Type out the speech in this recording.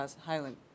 Highland